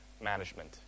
management